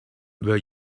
were